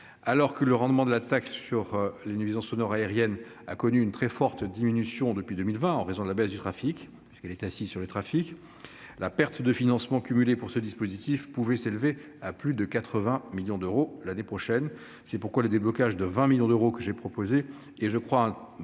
Alors que le rendement de la taxe sur les nuisances sonores aériennes a connu une très forte diminution depuis 2020 en raison de la baisse du trafic sur laquelle elle est assise, la perte de financement cumulée pour ce dispositif pouvait s'élever à plus de 80 millions d'euros l'année prochaine. C'est pourquoi le déblocage de 20 millions d'euros que j'ai proposé est un signal